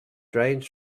drains